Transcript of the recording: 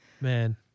Man